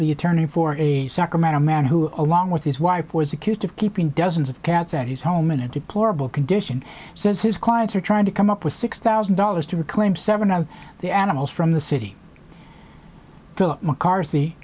the attorney for a sacramento man who along with his wife was accused of keeping dozens of cats at his home in a deplorable condition says his clients are trying to come up with six thousand dollars to reclaim seven of the animals from the city philip mccarthy